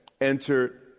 entered